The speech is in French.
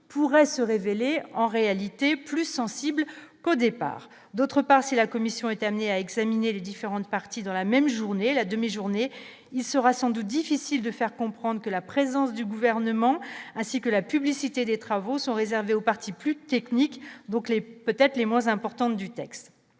pourrait se révéler en réalité plus sensible qu'au départ, d'autre part, si la commission a été amené à examiner les différentes parties dans la même journée, la demi-journée, il sera sans doute difficile de faire comprendre que la présence du gouvernement ainsi que la publicité des travaux sont réservés aux parties plus techniques, donc les peut-être les moins importantes du texte,